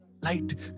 Light